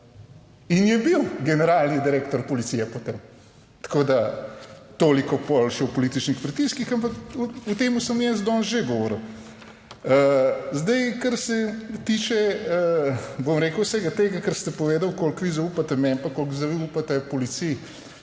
in je bil generalni direktor Policije potem. Tako da toliko bolj še o političnih pritiskih, ampak o tem sem jaz danes že govoril. Zdaj, kar se tiče, bom rekel, vsega tega, kar ste povedali, koliko vi zaupate meni pa koliko zaupate policiji,